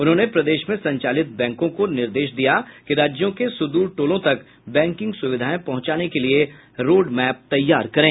उन्होंने प्रदेश में संचालित बैंक को निर्देश दिया कि राज्यों के सुदूर टोलों तक बैंकिंग सुविधाएं पहुंचाने के लिए रोड मैप तैयार करे